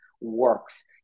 works